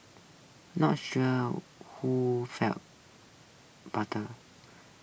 not sure who feels butter